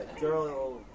girl